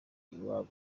iwabo